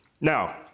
Now